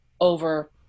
over